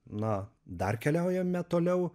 na dar keliaujame toliau